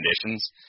conditions